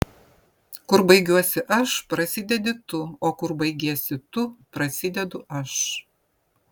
kur baigiuosi aš prasidedi tu o kur baigiesi tu prasidedu aš